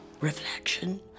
Reflection